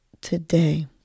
today